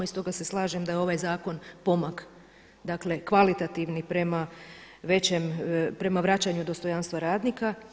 I stoga se slažem da je ovaj zakon pomak, dakle kvalitativni prema vraćanju dostojanstva radnika.